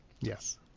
Yes